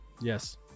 Yes